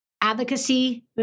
advocacy